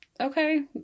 okay